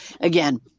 again